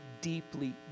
deeply